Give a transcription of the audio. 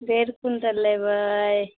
देब सुन्दर लेबै